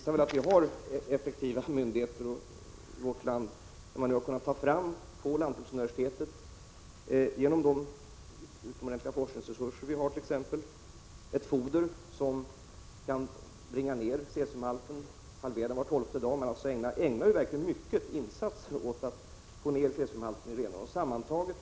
Att vi har effektiva myndigheter i vårt land visar väl det faktum att man nu på lantbruksuniversitetet genom de utomordentliga forskningsresurser vi har har kunnat ta fram ett foder som kan halvera cesiumhalten var tolfte dag. Man gör alltså verkligen stora insatser för att få ned cesiumhalten i renarna.